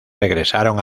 regresaron